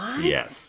Yes